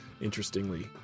interestingly